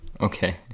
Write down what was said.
Okay